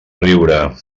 riure